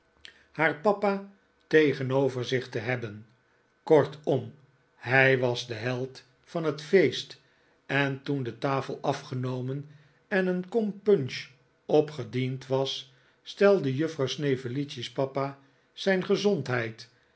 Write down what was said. haar papa tegenover zich te hebben kortom hij was de held van net feest en toen de tafel afgenomen en een kom punch opgediend was stejde juffrouw snevellicci's papa zijn gezondheid